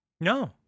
No